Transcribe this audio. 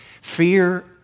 Fear